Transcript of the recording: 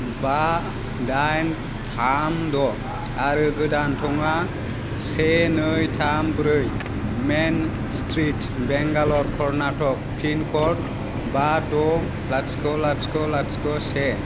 बा दाइन थाम द' आरो गोदान थङा से नै थाम ब्रै main street Bangalore Karnataka pin code बा द' लाथिख' लाथिख' लाथिख' से